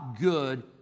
good